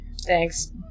Thanks